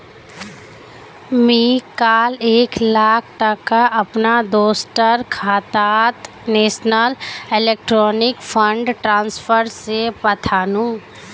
मी काल एक लाख टका अपना दोस्टर खातात नेशनल इलेक्ट्रॉनिक फण्ड ट्रान्सफर से पथानु